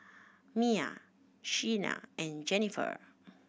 Mya Shyann and Jenniffer